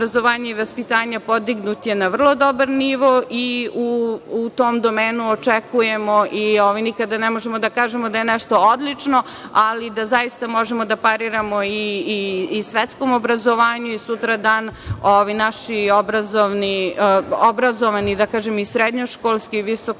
i vaspitanja podignut na vrlo dobar nivo i u tom domenu očekujemo i nikada ne možemo da kažemo da je nešto odlično, ali da zaista možemo da pariramo i svetskom obrazovanju i sutra dan naši obrazovani i srednjoškolski, visokoškolski